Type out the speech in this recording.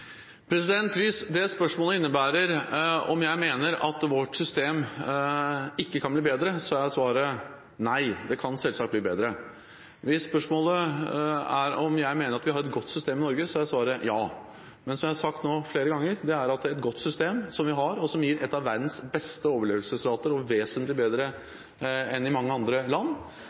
Hvis det spørsmålet innebærer om jeg mener at vårt system ikke kan bli bedre, er svaret nei – det kan selvsagt bli bedre. Hvis spørsmålet er om jeg mener at vi har et godt system i Norge, er svaret ja. Men som jeg har sagt flere ganger: Et godt system – som vi har, og som gir en av verdens beste overlevelsesrater – vesentlig bedre enn i mange andre land,